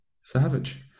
Savage